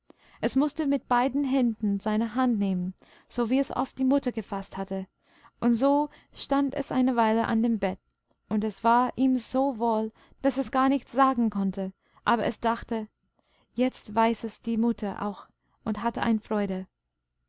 es mußte mit beiden händen seine hand nehmen so wie es oft die mutter gefaßt hatte und so stand es eine weile an dem bett und es war ihm so wohl daß es gar nichts sagen konnte aber es dachte jetzt weiß es die mutter auch und hat eine freude